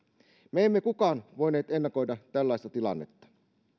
me emme kukaan voineet ennakoida tällaista tilannetta